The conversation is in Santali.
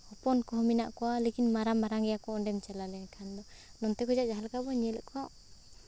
ᱦᱚᱯᱚᱱ ᱠᱚᱦᱚᱸ ᱢᱮᱱᱟᱜ ᱠᱚᱣᱟ ᱞᱮᱠᱷᱤᱱ ᱢᱟᱨᱟᱝ ᱢᱟᱨᱟᱝ ᱜᱮᱭᱟ ᱠᱚ ᱚᱸᱰᱮᱢ ᱪᱟᱞᱟᱣ ᱞᱮᱱᱠᱷᱟᱱ ᱫᱚ ᱱᱚᱱᱛᱮ ᱠᱷᱚᱡᱜᱟ ᱡᱟᱦᱟᱸ ᱞᱮᱠᱟ ᱵᱚᱱ ᱧᱮᱞᱮᱜ ᱠᱚᱣᱟ